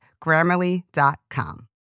Grammarly.com